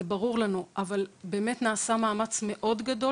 ברור לנו, אבל באמת נעשה מאמץ מאוד גדול